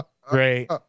Great